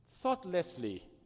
thoughtlessly